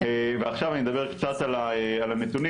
עכשיו אני אדבר קצת על הנתונים,